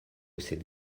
cette